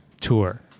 tour